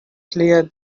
clear